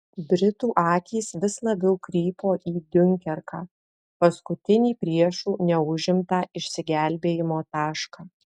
britų akys vis labiau krypo į diunkerką paskutinį priešų neužimtą išsigelbėjimo tašką